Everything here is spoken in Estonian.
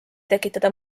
tekitada